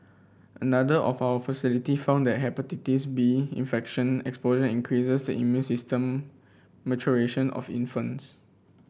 another of our facility found that Hepatitis B infection exposure increases immune system maturation of infants